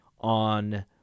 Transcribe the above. on